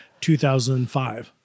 2005